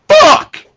fuck